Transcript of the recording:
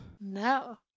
No